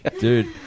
dude